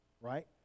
right